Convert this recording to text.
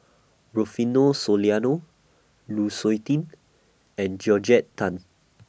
Rufino Soliano Lu Suitin and Georgette Tam